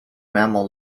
mammal